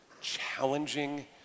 challenging